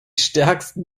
stärksten